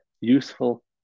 useful